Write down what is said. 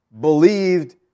believed